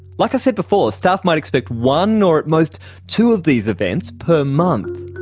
like i said before, staff might expect one or at most two of these events per month,